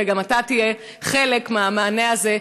וגם אתה תהיה חלק מהמענה הזה,